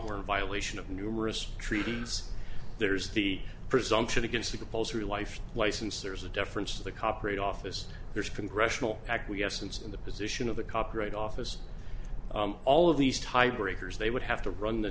we're violation of numerous treaties there's the presumption against the composer life license there's a difference to the copyright office there's congressional acquiescence in the position of the copyright office all of these type breakers they would have to run the